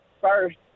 First